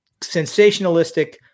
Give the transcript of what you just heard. sensationalistic